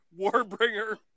Warbringer